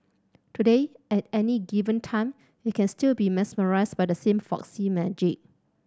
today at any given time you can still be mesmerised by the same folksy magic